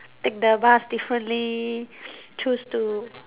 take the bus differently choose to